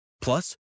Plus